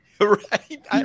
Right